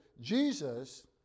Jesus